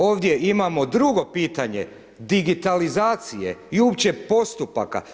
Ovdje imamo drugo pitanje, digitalizacije i uopće postupaka.